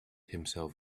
himself